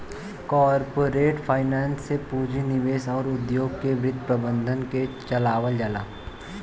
corporate finance से पूंजी निवेश अउर उद्योग के वित्त प्रबंधन के चलावल जाला